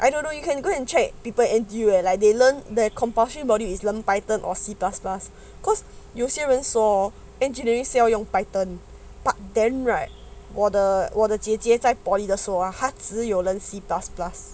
I don't know you can go and check people with people like they learnt their compulsory omdule is python or C plus plus because 有些人说 engineering 是要用 python but then right 我的我的姐姐在 polytechnic 的时候 hor 有人 C plus plus